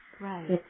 Right